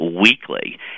weekly